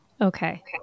Okay